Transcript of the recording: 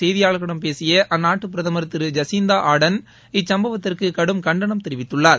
செய்தியாளர்களிடம் பேசிய அந்நாட்டு பிரதமர் திரு ஜஸிந்தா ஆர்டன் இது குறித்து இச்சம்பவத்திற்கு கடும் கண்டனம் தெரிவித்துள்ளார்